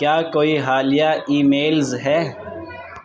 کیا کوئی حالیہ ای میلز ہے